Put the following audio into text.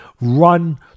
run